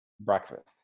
breakfast